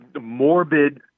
morbid